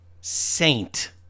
saint